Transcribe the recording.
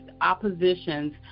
oppositions